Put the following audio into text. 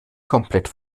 komplett